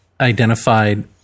identified